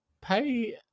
pay